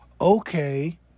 okay